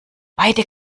beide